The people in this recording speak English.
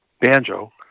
banjo